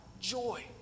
joy